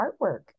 artwork